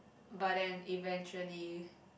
but then eventually